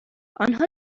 آنها